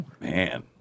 Man